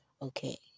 Okay